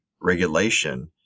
regulation